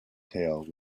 tale